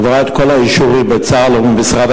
שעברה את כל האישורים בצה"ל ובמשרד